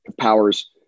powers